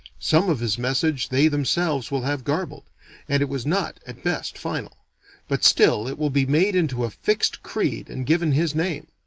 some of his message they themselves will have garbled and it was not, at best, final but still it will be made into a fixed creed and given his name.